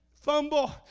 fumble